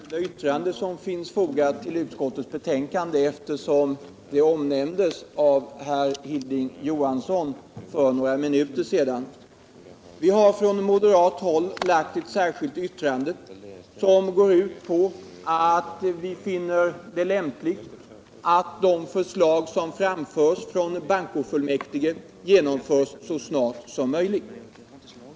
Herr talman! Låt mig säga några ord om det särskilda yttrande som finns fogat till utskottets betänkande, eftersom det omnämndes av Hilding Johansson för ett par minuter sedan. Det särskilda yttrande som avgivits från moderat håll går ut på att vi finner det lämpligt att det förslag som framförts från bankofullmäktige genomförs så snart som möjligt.